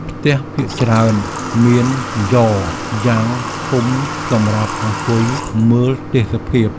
ផ្ទះភាគច្រើនមានយ៉រយ៉ាងធំសម្រាប់អង្គុយមើលទេសភាព។